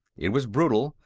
it was brutal,